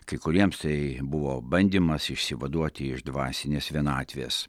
kai kuriems tai buvo bandymas išsivaduoti iš dvasinės vienatvės